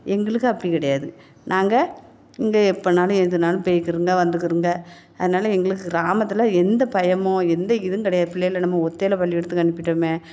எங்களுக்கு அப்படி கிடயாது நாங்கள் இங்கே எப்போனாலும் எதுன்னாலும் போய்க்கிருங்க வந்துக்கிருங்க அதனால எங்களுக்கு கிராமத்தில் எந்த பயமோ எந்த இதுவும் கிடயாது பிள்ளைகளை நம்ம ஒத்தையில் பள்ளிக்கூடத்துக்கு அனுப்பிவிட்டமே